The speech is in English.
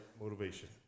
motivation